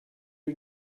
you